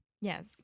Yes